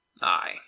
Aye